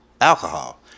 alcohol